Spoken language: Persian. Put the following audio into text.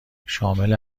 شامل